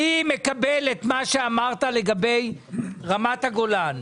אני מקבל את מה שאמרת לגבי רמת הגולן.